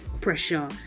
pressure